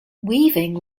weaving